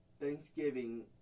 Thanksgiving